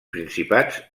principats